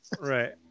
Right